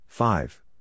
Five